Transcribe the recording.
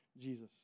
Jesus